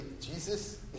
Jesus